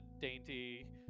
dainty